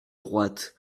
droite